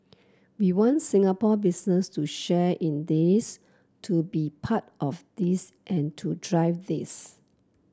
we want Singapore business to share in this to be part of this and to drive this